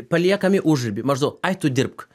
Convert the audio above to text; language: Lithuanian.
paliekami užriby maždaug ai tu dirbk